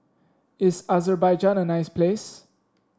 is Azerbaijan a nice place